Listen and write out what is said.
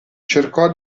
cercò